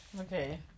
Okay